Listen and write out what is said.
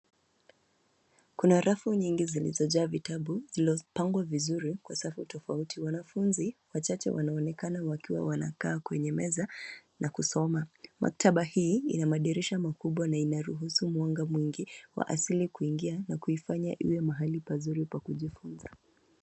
Kuna rafu nyingi zilizojaa vitabu, zimepangwa vizuri kwa safu tofauti, wanafunzi, wachache wanaonekana wakiwa wanakaa kwenye meza, na kusoma, maktaba hii ina madirisha makubwa na inaruhusu mwanga mwingi, wa asili kuingia na kuifanya iwe mahali pazuri pakujifunza.